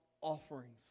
offerings